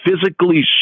physically